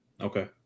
Okay